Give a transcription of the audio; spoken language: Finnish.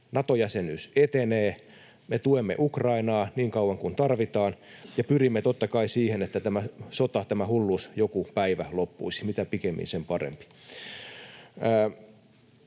Nato-jäsenyys etenee. Me tuemme Ukrainaa niin kauan kuin tarvitaan. Ja pyrimme totta kai siihen, että tämä sota, tämä hulluus, joku päivä loppuisi — mitä pikemmin, sen parempi.